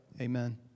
amen